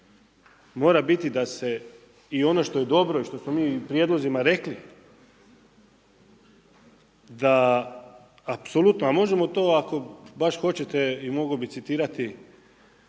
mora biti da se i ono što je dobro i što smo mi i prijedlozima rekli da apsolutno, a možemo to ako baš hoćete i mogao bi citirati